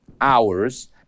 hours